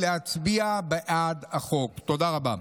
תודה רבה.